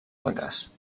algues